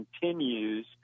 continues